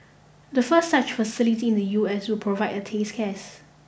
the first such facility in the U S will provide a test case